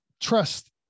trust